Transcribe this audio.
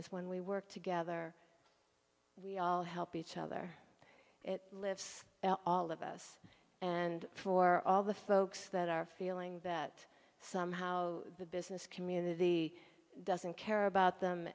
is when we work together we all help each other lives all of us and for all the folks that are feeling that somehow the business community doesn't care about them